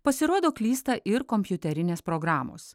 pasirodo klysta ir kompiuterinės programos